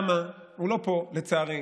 הוא לא פה, לצערי,